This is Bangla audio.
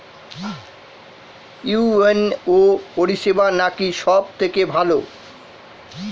ইউ.এন.ও পরিসেবা নাকি সব থেকে ভালো?